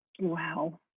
Wow